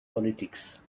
politics